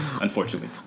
Unfortunately